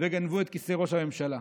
וגנבו את כיסא ראש הממשלה.